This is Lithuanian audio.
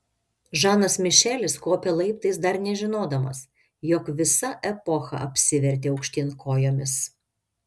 žanas mišelis kopė laiptais dar nežinodamas jog visa epocha apsivertė aukštyn kojomis